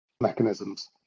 mechanisms